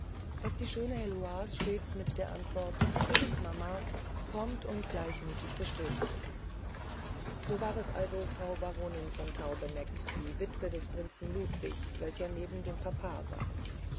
was die schöne heloise stets mit der antwort gewiß mama prompt und gleichmütig bestätigte so war es also frau baronin von taubeneck die witwe des prinzen ludwig welche neben dem papa saß